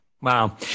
Wow